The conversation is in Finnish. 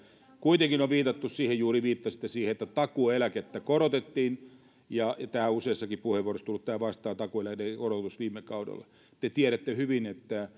kuitenkin on viitattu siihen juuri viittasitte siihen että takuueläkettä korotettiin ja tämä on useassakin puheenvuorossa tullut vastaan takuueläkkeen korotus viime kaudella te tiedätte hyvin että